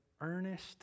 earnest